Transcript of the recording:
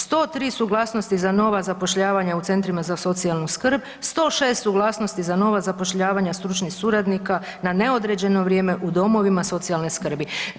103 suglasnosti za nova zapošljavanja u centrima za socijalnu skrb, 106 suglasnosti za nova zapošljavanja stručnih suradnika na neodređeno vrijeme u domovima socijalne skrbi.